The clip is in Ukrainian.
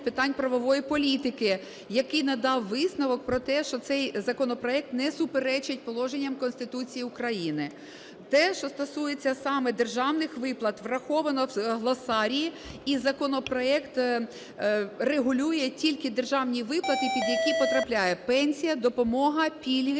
питань правової політики, який надав висновок про те, що цей законопроект не суперечить положенням Конституції України. Те, що стосується саме державних виплат, враховано в глосарії. І законопроект регулює тільки державні виплати, під які потрапляє: пенсія, допомога, пільги,